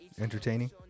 entertaining